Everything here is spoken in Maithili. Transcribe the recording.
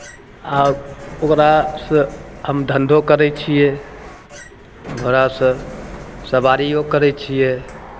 आ ओकरासँ हम धन्धो करै छियै घोड़ासँ सवारिओ करै छियै